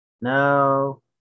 no